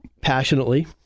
passionately